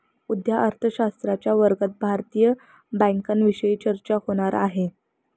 उद्या अर्थशास्त्राच्या वर्गात भारतीय बँकांविषयी चर्चा होणार आहे